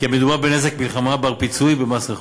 כי המדובר בנזק מלחמה בר-פיצוי במס רכוש.